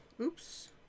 Oops